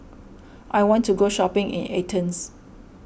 I want to go shopping in Athens